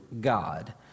God